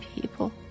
people